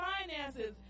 finances